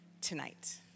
tonight